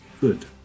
good